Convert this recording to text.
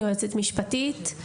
יועצת משפטית.